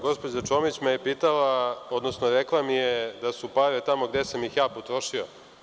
Gospođa Čomić me je pitala, odnosno rekla mi je da su pare tamo gde sam ih ja potrošio.